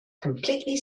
completely